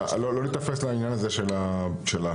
לא להיתפס לעניין הזה של השומרים.